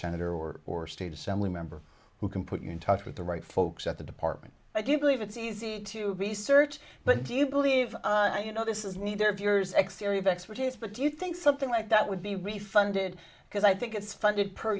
senator or or state assembly member who can put you in touch with the right folks at the department i do believe it's easy to research but do you believe you know this is neither of yours x area of expertise but do you think something like that would be refunded because i think it's funded per